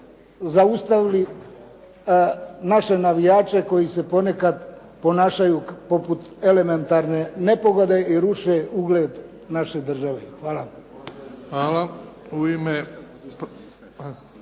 zaustavili naše navijače koji se ponekad ponašaju poput elementarne nepogode i ruše ugled naše države. Hvala.